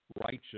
righteous